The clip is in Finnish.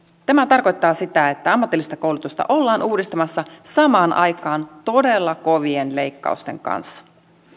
tämä tarkoittaa sitä että ammatillista koulutusta ollaan uudistamassa samaan aikaan todella kovien leikkausten kanssa